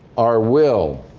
our will,